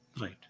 right